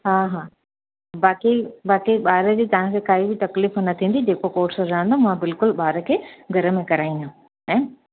हा हा बाक़ी बाक़ी ॿार जी तव्हांखे काई बि तकलीफ़ु न थींदी जेको कोर्स रहंदो मां बिल्कुलु ॿार खे घर में कराईंदमि ऐं